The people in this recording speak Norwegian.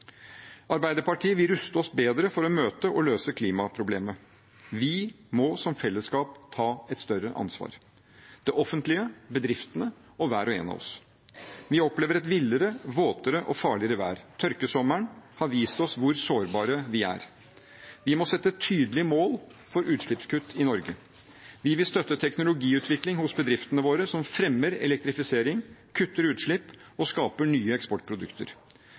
Arbeiderpartiet vil ruste oss bedre for å møte og løse klimaproblemet. Vi må som fellesskap ta et større ansvar – det offentlige, bedriftene og hver og en av oss. Vi opplever et villere, våtere og farligere vær. Tørkesommeren har vist oss hvor sårbare vi er. Vi må sette tydelige mål for utslippskutt i Norge. Vi vil støtte teknologiutvikling hos bedriftene våre som fremmer elektrifisering, kutter utslipp og skaper nye eksportprodukter.